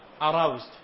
aroused